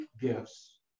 gifts